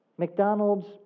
McDonald's